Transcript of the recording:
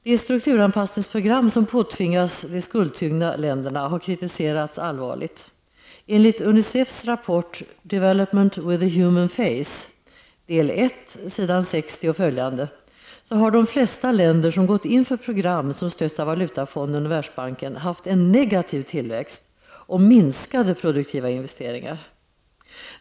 De strukturanpassningsprogram som påtvingas de skuldtyngda länderna har kritiserats allvarligt. Face på s. 60 i del I har de flesta länder som gått in för program som stötts av Valutafonden och Världsbanken haft en negativ tillväxt och minskade produktiva investeringar.